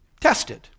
Tested